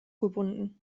gebunden